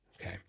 Okay